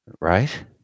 Right